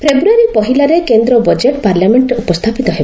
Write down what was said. ଫେବୃୟାରୀ ପହିଲାରେ କେନ୍ଦ୍ର ବଜେଟ୍ ପାର୍ଲାମେଣ୍ଟରେ ଉପସ୍ଥାପିତ ହେବ